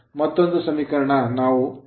ಮತ್ತೊಂದು ಸಮೀಕರಣ ನಾವು Eb1 K∅1n1 ಅನ್ನು ಬರೆಯಬಹುದು